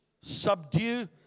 Subdue